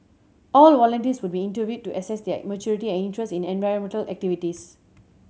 all volunteers would be interviewed to assess their maturity and interest in environmental activities